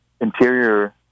Interior